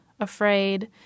afraid